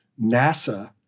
NASA